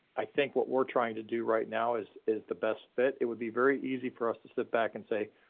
i think what we're trying to do right now is is the best fit. it would be very easy for us to sit back and say,